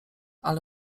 ale